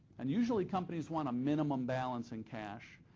and usually companies want a minimum balance in cash,